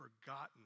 forgotten